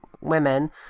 women